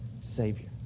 Savior